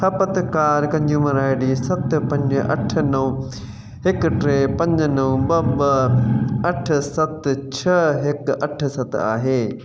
खपतकार consumer I D सत पंज अठ नव हिकु टे पंज नव ॿ ॿ अठ सत छह हिकु अठ सत आहे